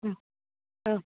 ओं औ